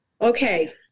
Okay